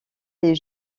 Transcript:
les